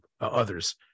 others